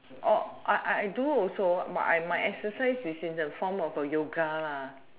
I I I do also but I my exercise is in the form of a yoga lah